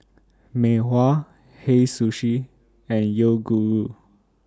Mei Hua Hei Sushi and Yoguru